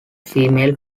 female